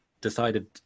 decided